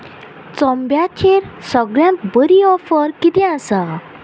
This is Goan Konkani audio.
चोंब्याचेर सगळ्यांत बरी ऑफर कितें आसा